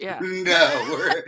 No